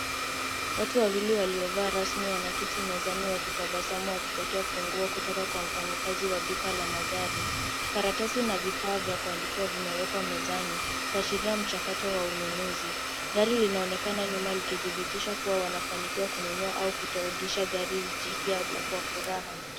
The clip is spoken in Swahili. Watu wawili waliovaa rasmi wanaketi mezani wakitabasamu wakipokea funguo kutoka kwa mfanya kazi wa duka la magari. Karatasi na vifaa vya kuandikia mezani, kuashiria mchakato wa ununuzi. Gari linaonekana nyuma likibitisha kuwa wanafanikiwa kununua au kukodisha gari hii jipya na kwa furaha.